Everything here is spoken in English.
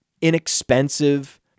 inexpensive